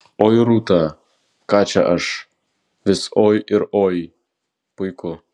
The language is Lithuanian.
oi rūta ką čia aš vis oi ir oi puiku